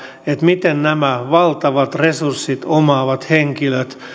miten nämä valtavat resurssit omaavat henkilöt